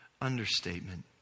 understatement